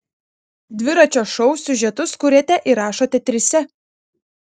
dviračio šou siužetus kuriate ir rašote trise